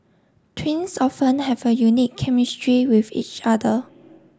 twins often have a unique chemistry with each other